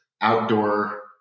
outdoor